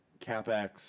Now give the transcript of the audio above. CapEx